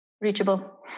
reachable